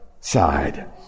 side